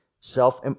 self